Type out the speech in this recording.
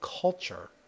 culture